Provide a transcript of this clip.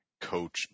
coach